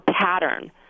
pattern